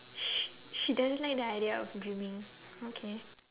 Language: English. sh~ she doesn't like the idea of gymming okay